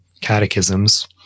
catechisms